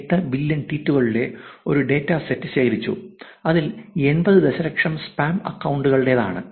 8 billion ട്വീറ്റുകളുടെ ഒരു dataset ശേഖരിച്ചു അതിൽ 80 ദശലക്ഷം സ്പാം അക്കൌണ്ടുകളുടേതാണ്